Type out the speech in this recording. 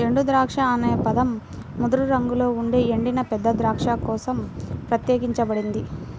ఎండుద్రాక్ష అనే పదం ముదురు రంగులో ఉండే ఎండిన పెద్ద ద్రాక్ష కోసం ప్రత్యేకించబడింది